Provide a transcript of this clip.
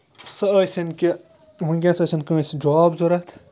سۄ ٲسِنۍ کہِ وٕنۍکٮ۪نَس ٲسِن کٲنٛسہِ جاب ضوٚرَتھ